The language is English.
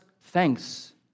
thanks